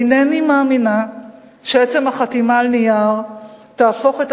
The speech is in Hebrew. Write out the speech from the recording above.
אינני מאמינה שעצם החתימה על נייר תהפוך את